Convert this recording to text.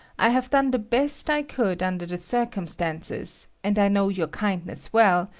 i have done the best i could under the circumstances, and i know your kindness well,